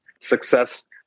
success